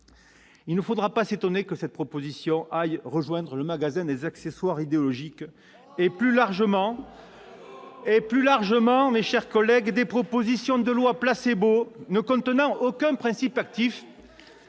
il ne faudra pas s'étonner que cette proposition de loi aille rejoindre le magasin des accessoires idéologiques et, plus largement, mes chers collègues, la catégorie des propositions de loi placebo, ne contenant aucun principe actif.